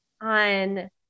on